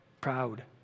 proud